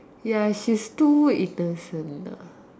ya she's too innocent ah